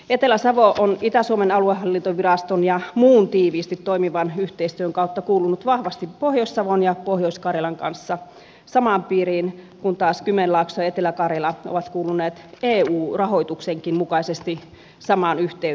etelä savo on itä suomen aluehallintoviraston ja muun tiiviisti toimivan yhteistyön kautta kuulunut vahvasti pohjois savon ja pohjois karjalan kanssa samaan piiriin kun taas kymenlaakso ja etelä karjala ovat kuuluneet eu rahoituksenkin mukaisesti samaan yhteyteen